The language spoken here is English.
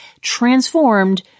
transformed